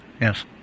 Yes